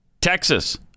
Texas